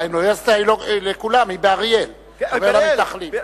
האוניברסיטה היא לכולם, היא באריאל, מתנחלים.